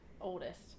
oldest